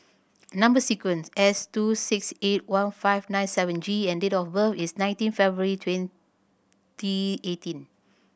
number sequence S two six eight one five nine seven G and date of birth is nineteen February twenty eighteen